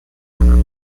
warner